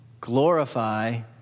Glorify